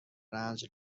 رنج